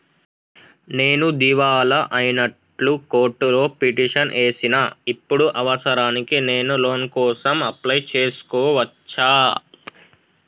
నేను దివాలా అయినట్లు కోర్టులో పిటిషన్ ఏశిన ఇప్పుడు అవసరానికి నేను లోన్ కోసం అప్లయ్ చేస్కోవచ్చా?